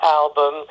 album